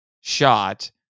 shot